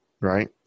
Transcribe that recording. Right